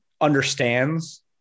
understands